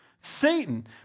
Satan